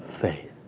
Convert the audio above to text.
faith